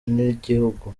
ry’igihugu